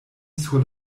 sur